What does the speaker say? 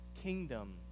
kingdom